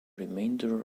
remainder